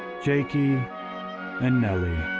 jakey and nellie.